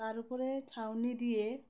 তার উপরে ছাউনি দিয়ে